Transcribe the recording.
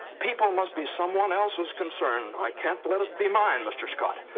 people must be someone else's concern. i can't let it be mine, mr. scott.